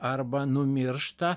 arba numiršta